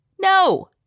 No